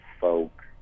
folk